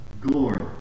Glory